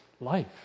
life